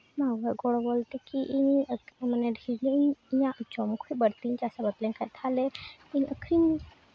ᱜᱚᱲᱚ ᱛᱮᱠᱤ ᱤᱧ ᱢᱟᱱᱮ ᱰᱷᱮᱨ ᱧᱚᱜ ᱤᱧ ᱤᱧᱟᱹᱜ ᱡᱚᱢ ᱠᱷᱚᱡ ᱵᱟᱹᱲᱛᱤᱧ ᱪᱟᱥ ᱟᱵᱟᱫ ᱞᱮᱠᱷᱟᱡ ᱛᱟᱦᱚᱞᱮ ᱤᱧ ᱟᱹᱠᱷᱨᱤᱧ